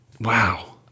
wow